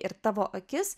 ir tavo akis